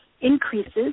increases